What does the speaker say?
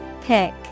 Pick